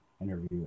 interview